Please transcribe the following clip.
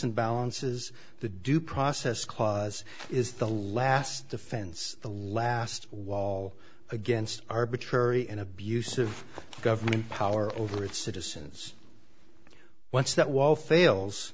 and balances the due process clause is the last defense the last wall against arbitrary and abusive government power over its citizens once that wall fails